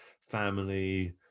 family